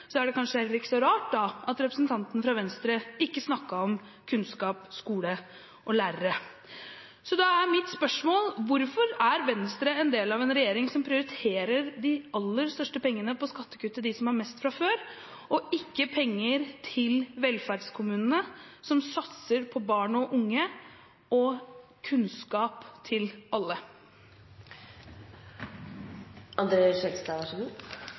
Så er det kanskje heller ikke så rart at representanten fra Venstre ikke snakket om kunnskap, skole og lærere. Da er mitt spørsmål: Hvorfor er Venstre en del av en regjering som prioriterer de aller største pengene på skattekutt til dem som har mest fra før, og ikke penger til velferdskommunene som satser på barn og unge og kunnskap til